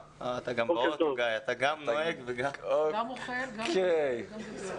איפה האתגרים הגדולים מבחינתך ואיזה שינויים אתה צופה שיקרו בקרוב?